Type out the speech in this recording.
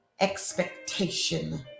expectation